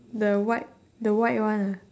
the white the white one ah